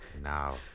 Now